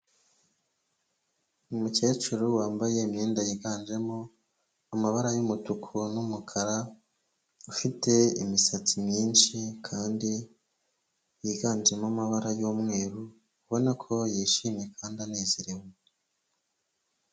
Umukecuru wambaye imyenda yiganjemo amabara y'umutuku n'umukara ufite imisatsi myinshi kandi yiganjemo amabara y'umweru, ubona ko yishimye kandi anezerewe.